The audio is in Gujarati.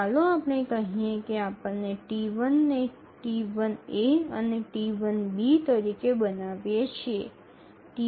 ચાલો આપણે કહીએ કે આપણે T1 ને T1 a અને T1 b તરીકે બનાવીએ છીએ